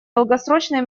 долгосрочной